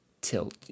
tilt